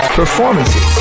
performances